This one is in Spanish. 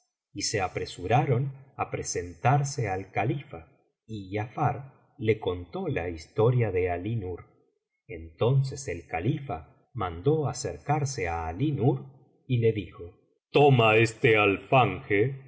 y se apresuraron á presentarse al califa y giafar le contó la historia de alí nur entonces el califa mandó acercarse á alí nur y le dijo toma este